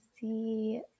see